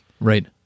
Right